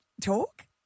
talk